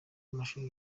w’amashuri